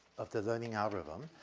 of the learning algorithm,